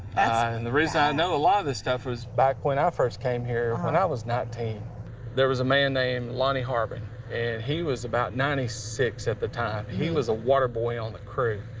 and the reason i and know a lot of this stuff is back when i ah first came here when i was nineteen there was a man named lonnie harbin. and he was about ninety six at the time. he was a water boy on the crew.